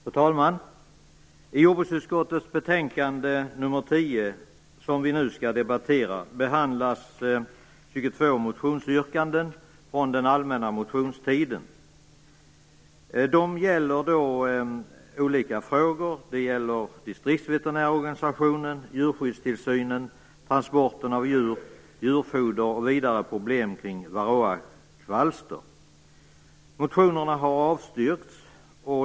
Fru talman! I jordbruksutskottets betänkande nr 10, som vi nu skall debattera, behandlas 22 motionsyrkanden från den allmänna motionstiden. De gäller olika frågor. Det gäller distriktsveterinärorganisationen, djurskyddstillsynen, transporten av djur, djurfoder och vidare problem kring varroakvalster. Motionerna har avstyrkts.